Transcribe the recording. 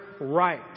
right